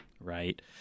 right